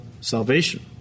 salvation